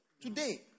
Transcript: today